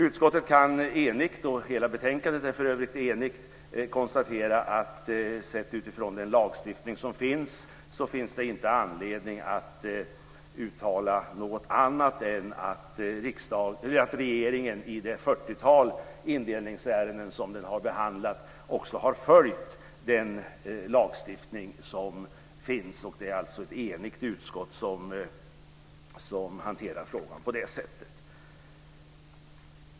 Utskottet kan enigt konstatera - hela betänkandet är för övrigt enigt - att sett utifrån den lagstiftning som finns så finns det inte anledning att uttala något annat än att regeringen i det fyrtiotal indelningsärenden som den har behandlat också har följt den lagstiftning som finns. Och det är alltså ett enigt utskott som hanterar frågan på det sättet.